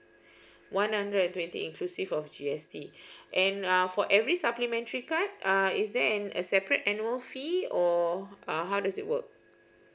one hundred and twenty inclusive of G_S_T and uh for every supplementary card uh is there an separate annual fee or uh how does it work